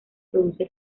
produce